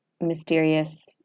mysterious